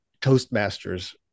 toastmasters